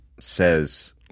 says